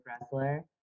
wrestler